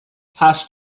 hash